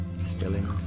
spilling